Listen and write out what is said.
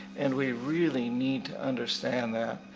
and we really need to understand that.